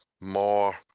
more